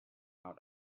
out